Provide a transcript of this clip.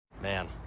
Man